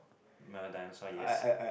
milo dinosaur yes